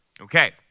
Okay